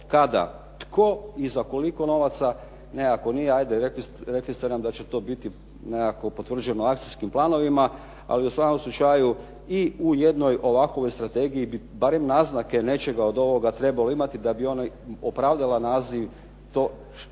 kada, tko i za koliko novaca nekako nije, 'ajde rekli ste nam da će to biti nekako potvrđeno akcijskim planovima, ali u svakom slučaju i u jednoj ovakvoj strategiji barem naznake nečega od onoga trebalo imati da bi ona opravdala naziv kao što je